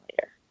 later